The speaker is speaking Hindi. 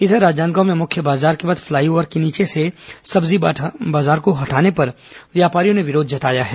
इधर राजनांदगांव में मुख्य बाजार के बाद फ्लाईओवर के नीचे से सब्जी बाजार को हटाने पर व्यापारियों ने विरोध जताया है